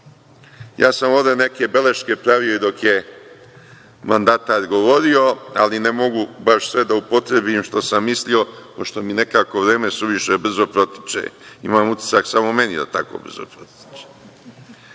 Ja sam ovde neke beleške pravio i dok je mandatar govorio, ali ne mogu baš sve da upotrebim što sam mislio, pošto mi nekako vreme suviše brzo protiče. Imam utisak samo meni da tako brzo protiče. Imamo